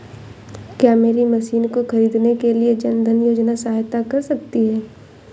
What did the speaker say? क्या मेरी मशीन को ख़रीदने के लिए जन धन योजना सहायता कर सकती है?